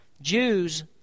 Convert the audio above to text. Jews